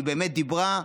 היא באמת דיברה.